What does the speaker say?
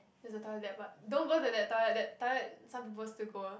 there's a toilet there but don't go to that toilet that toilet some people still go ah